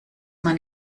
man